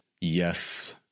Yes